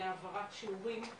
להעברת שיעורים,